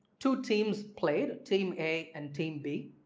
two teams played team a and team b,